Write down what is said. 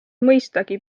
mõistagi